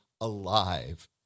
alive